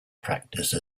practice